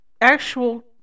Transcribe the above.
actual